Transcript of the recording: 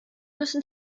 müssen